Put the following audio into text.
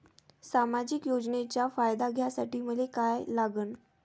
सामाजिक योजनेचा फायदा घ्यासाठी मले काय लागन?